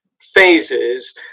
phases